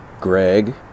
Greg